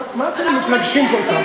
מה אתם מתרגשים כל כך?